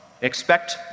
expect